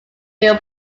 mill